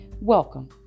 Welcome